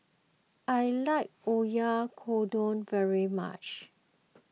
I like Oyakodon very much